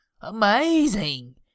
Amazing